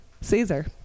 Caesar